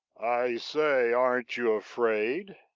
i say, aren't you afraid?